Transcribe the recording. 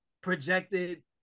projected